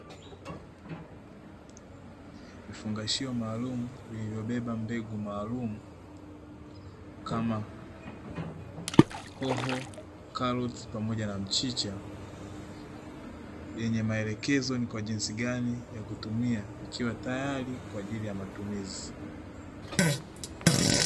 Vifungashio maalumu, vilivyobeba mbegu maalumu kama; hoho, karoti pamoja na mchicha, yenye maelekezo ni kwa jinsi gani ya kutumia, vikiwa tayari kwa ajili ya matumizi.